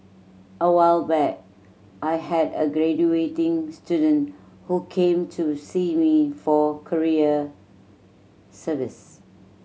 a while back I had a graduating student who came to see me for career service